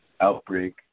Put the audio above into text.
outbreak